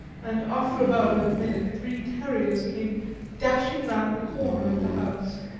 and after about a minute three terriers came dashing round the corner of the house.